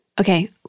okay